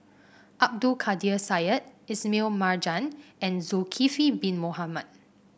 Abdul Kadir Syed Ismail Marjan and Zulkifli Bin Mohamed